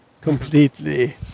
completely